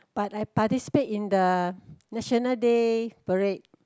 but I participate in the National Day Parade